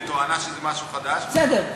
בתואנה שזה משהו חדש, בסדר.